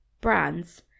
brands